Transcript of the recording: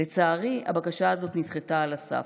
לצערי, הבקשה הזאת נדחתה על הסף.